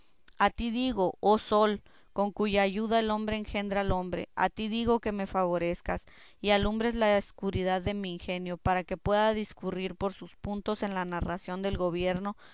a ti digo oh sol con cuya ayuda el hombre engendra al hombre a ti digo que me favorezcas y alumbres la escuridad de mi ingenio para que pueda discurrir por sus puntos en la narración del gobierno